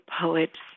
poet